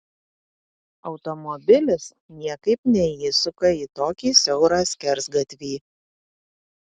automobilis niekaip neįsuka į tokį siaurą skersgatvį